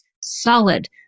solid